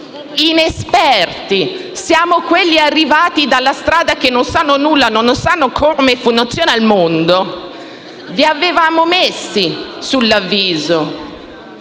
siamo gli inesperti, quelli arrivati dalla strada che non sanno nulla di come funziona il mondo, vi avevamo messi sull'avviso